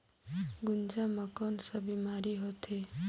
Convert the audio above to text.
गुनजा मा कौन का बीमारी होथे?